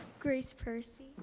grace percy.